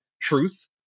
truth